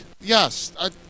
Yes